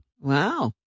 Wow